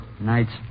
Nights